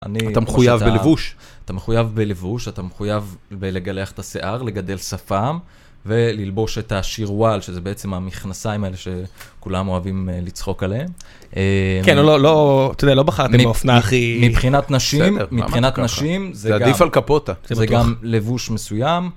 אתה מחויב בלבוש, אתה מחויב בלבוש, אתה מחויב לגלח את השיער, לגדל שפם וללבוש את השירוואל שזה בעצם המכנסיים האלה שכולם אוהבים לצחוק עליהם. כן, לא בחרתי מאופנה הכי... מבחינת נשים, מבחינת נשים זה גם לבוש מסוים.